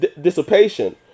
dissipation